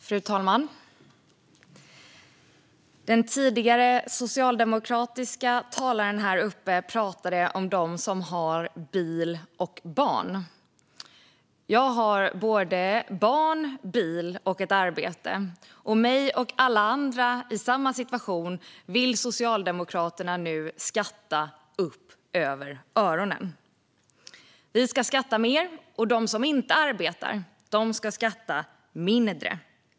Fru talman! Den föregående talaren från Socialdemokraterna pratade om dem som har bil och barn. Jag har barn, bil och arbete. Och mig och alla andra i samma situation vill Socialdemokraterna nu beskatta upp över öronen. Vi ska skatta mer, och de som inte arbetar ska skatta mindre.